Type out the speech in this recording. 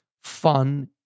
fun